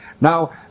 Now